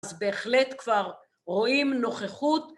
אז בהחלט כבר רואים נוכחות